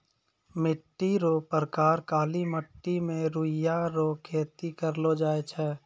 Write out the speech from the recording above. मिट्टी रो प्रकार काली मट्टी मे रुइया रो खेती करलो जाय छै